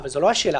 השאלה.